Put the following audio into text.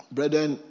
Brethren